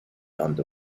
under